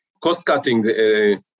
Cost-cutting